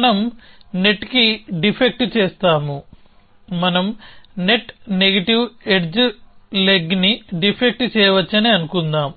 మనం నెట్కి డిఫెక్ట్ చేస్తాము మనం నెట్ నెగటివ్ ఎడ్జ్ లెగ్ని డిఫెక్ట్ చేయవచ్చని అనుకుందాం